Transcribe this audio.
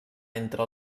entre